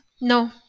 No